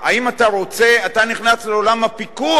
אתה נכנס לעולם הפיקוח,